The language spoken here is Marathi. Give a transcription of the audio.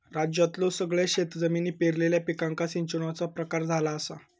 राज्यातल्यो सगळयो शेतजमिनी पेरलेल्या पिकांका सिंचनाचो प्रकार स्पष्ट झाला असा